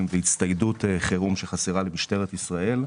והצטיידות חירום שחסרה למשטרת ישראל,